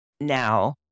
now